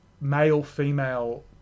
male-female